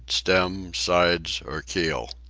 stem, sides, or keel.